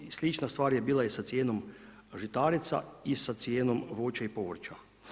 I slična stvar je bila i sa cijenom žitarica i sa cijenom voća i povrća.